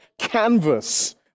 canvas